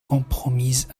compromise